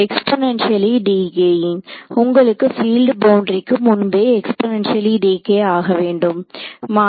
exponentially டீகேயிங்உங்களுடைய field பவுண்டரிக்கு முன்பே எக்ஸ்பொன்னன்ஷியலி டீகே ஆக வேண்டுமா